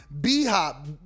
B-Hop